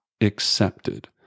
accepted